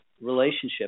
relationship